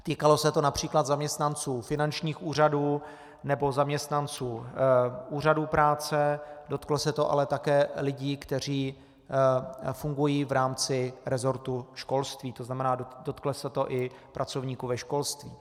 Týkalo se to například zaměstnanců finančních úřadů nebo zaměstnanců úřadů práce, dotklo se to ale také lidí, kteří fungují v rámci resortu školství, to znamená, že se to dotklo i pracovníků ve školství.